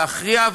להכריע,